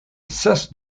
cesse